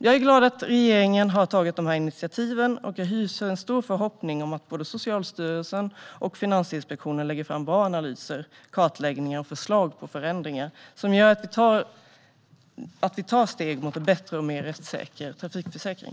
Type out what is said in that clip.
Jag är glad att regeringen har tagit dessa initiativ, och jag hyser en stor förhoppning om att både Socialstyrelsen och Finansinspektionen lägger fram bra analyser, kartläggningar och förslag på förändringar som gör att vi tar steg mot en bättre och mer rättssäker trafikförsäkring.